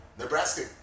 Nebraska